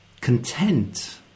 content